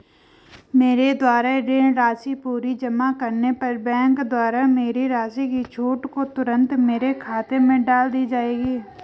मेरे द्वारा ऋण राशि पूरी जमा करने पर बैंक द्वारा मेरी राशि की छूट को तुरन्त मेरे खाते में डाल दी जायेगी?